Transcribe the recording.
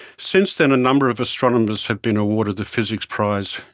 since then a number of astronomers have been awarded the physics prize,